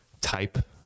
type